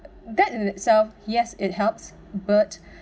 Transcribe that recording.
that in itself yes it helps but